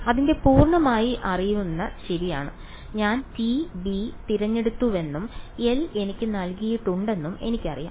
അതിന്റെ പൂർണ്ണമായി അറിയാവുന്ന ശരിയാണ് ഞാൻ t b തിരഞ്ഞെടുത്തുവെന്നും L എനിക്ക് നൽകിയിട്ടുണ്ടെന്നും എനിക്കറിയാം